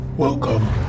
Welcome